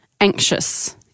anxious